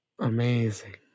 amazing